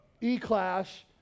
E-Class